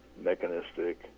Mechanistic